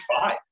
five